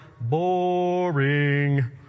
boring